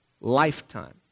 Lifetime